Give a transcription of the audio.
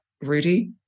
Rudy